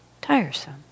tiresome